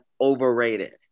overrated